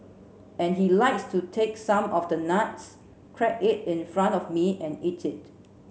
and he likes to take some of the nuts crack it in front of me and eat it